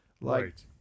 Right